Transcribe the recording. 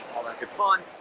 all that good fun.